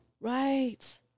Right